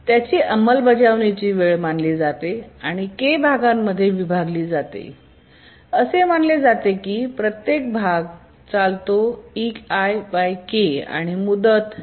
त्याची अंमलबजावणी वेळ मानली जाते आणि के भागांमध्ये विभागली जाते आणि असे मानले जाते की प्रत्येक भाग चालतो eik आणि मुदत dik